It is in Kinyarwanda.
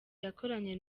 yakoranye